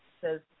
says